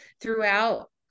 throughout